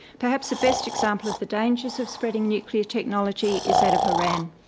perhaps the best example of the dangers of spreading nuclear technology is that of iran.